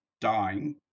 dying